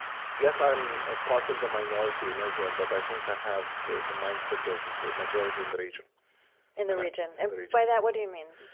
yes, i'm and part of the minority in israel, but i think i have the the mindset of a majority in the region in the region. and but by that, what do you mean?